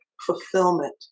fulfillment